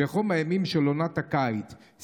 בחום האימים של עונת הקיץ.